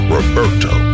Roberto